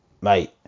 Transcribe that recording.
mate